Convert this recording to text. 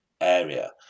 area